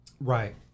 Right